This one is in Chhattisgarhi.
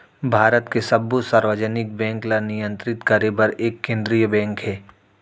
भारत के सब्बो सार्वजनिक बेंक ल नियंतरित करे बर एक केंद्रीय बेंक हे